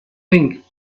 think